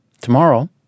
tomorrow